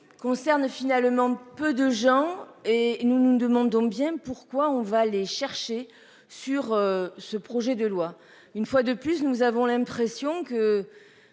Concernent finalement peu de gens et nous nous demandons bien pourquoi on va les chercher sur ce projet de loi. Une fois de plus, nous avons l'impression que.